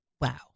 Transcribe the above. Wow